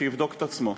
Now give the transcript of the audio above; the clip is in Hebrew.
שיבדוק את עצמו.